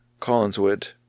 Collinswood